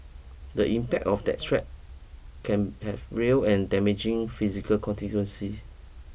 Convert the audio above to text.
the impact of that threat can have real and damaging physical consequences